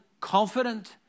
confident